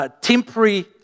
Temporary